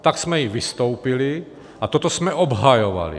Tak jsme i vystoupili a toto jsme obhajovali.